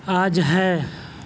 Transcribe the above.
آج ہے